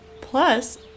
Plus